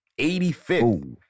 85th